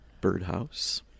birdhouse